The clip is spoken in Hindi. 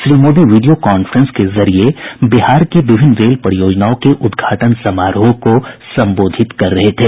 श्री मोदी वीडियो कांफ्रेंस के जरिये बिहार की विभिन्न रेल परियोजनाओं के उद्घाटन समारोह को संबोधित कर रहे थे